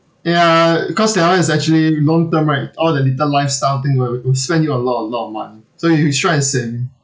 ya uh cause that one is actually long term right all the little lifestyle thing will will spend you a lot a lot of money so you should try and save